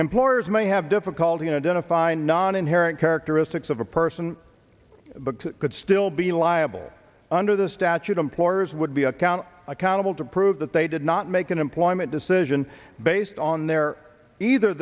employers may have difficulty in identifying non inherent characteristics of a person but could still be liable under the statute employers would be account accountable to prove that they did not make an employment decision based on their either